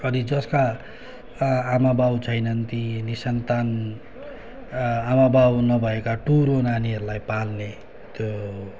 अनि जसका आमाबाउ छैनन् ति निसन्तान आमाबाउ नभएका टुहुरो नानीहरूलाई पाल्ने त्यो